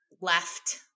left